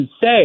say